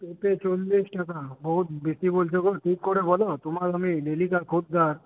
পেঁপে চল্লিশ টাকা বহুত বেশী বলছ গো ঠিক করে বলো তোমার আমি ডেলি খদ্দের